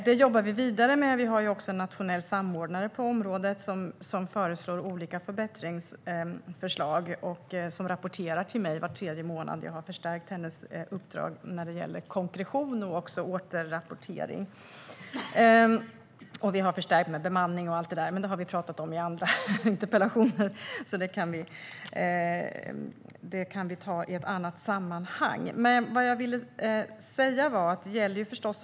Detta jobbar vi vidare med. Vi har också en nationell samordnare på området som föreslår olika förbättringsåtgärder och rapporterar till mig var tredje månad. Jag har förstärkt hennes uppdrag när det gäller konkretion, återrapportering, bemanning och så vidare. Detta har vi talat om i andra interpellationsdebatter, så det kan vi ta upp i ett annat sammanhang.